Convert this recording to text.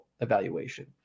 evaluation